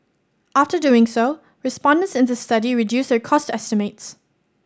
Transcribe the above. after doing so respondents in the study reduced their cost estimates